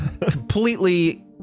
completely